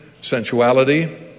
sensuality